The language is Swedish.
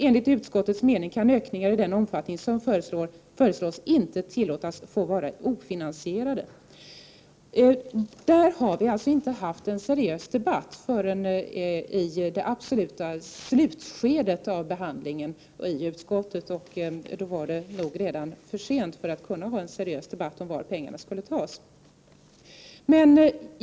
Enligt utskottets mening kan ökningar i den omfattning som föreslås inte tillåtas få vara ofinansierade. Där har vi alltså inte haft en seriös debatt förrän i det absoluta slutskedet av behandlingen i utskottet. Då var det redan för sent att ta en seriös diskussion om varifrån pengarna skall tas.